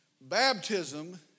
baptism